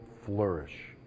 flourish